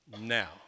now